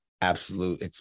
absolute